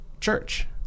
church